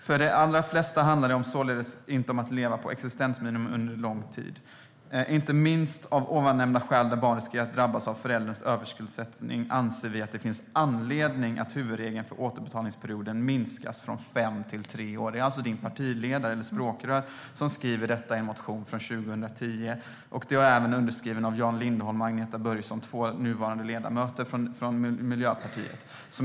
För de allra flesta handlar det således inte om att leva på existensminimum endast under de år skuldsaneringen pågår utan under betydligt längre tid än så. Inte minst av ovan nämnda skäl, där barn riskerar att drabbas av förälderns överskuldsättning, anser vi att det finns anledning att huvudregeln för återbetalningsperioden minskas från fem till tre år." Det är alltså bland andra ditt språkrör som skriver detta i en motion från 2010. Den har även skrivits under av Jan Lindholm och Agneta Börjesson, två nuvarande ledamöter från Miljöpartiet.